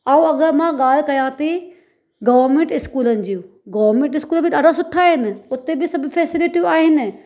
ऐं अगरि मां ॻाल्हि कयां थी गर्वमेंट इस्कूलनि जी गर्वमेंट इस्कूल बि ॾाढा सुठा आहिनि हुते बि सभु फैसिलिटियूं आहिनि